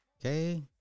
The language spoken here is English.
Okay